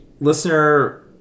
listener